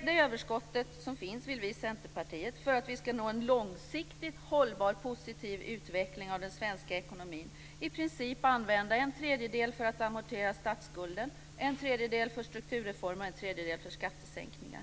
Av det överskott som finns vill vi i Centerpartiet, för att vi ska nå en långsiktigt hållbar, positiv utveckling av den svenska ekonomin, i princip använda en tredjedel för att amortera statsskulden, en tredjedel för strukturreformer och en tredjedel för skattesänkningar.